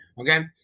Okay